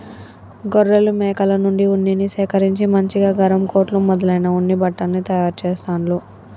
గొర్రెలు మేకల నుండి ఉన్నిని సేకరించి మంచిగా గరం కోట్లు మొదలైన ఉన్ని బట్టల్ని తయారు చెస్తాండ్లు